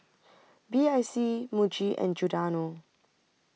B I C Muji and Giordano